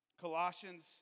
Colossians